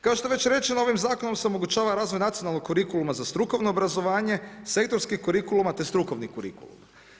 Kao što je već rečeno ovim zakonom se omogućava razvoj nacionalnog kurikuluma za strukovno obrazovanje, sektorskih kurikuluma te strukovni kurikulum.